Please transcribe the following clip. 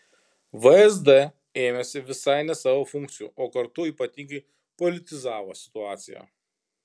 vsd ėmėsi visai ne savo funkcijų o kartu ypatingai politizavo situaciją